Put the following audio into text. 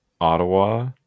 Ottawa